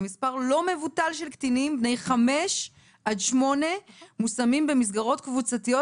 ומספר לא מבוטל של קטינים בני 5 עד 8 מושמים במסגרות קבוצתיות,